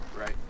Right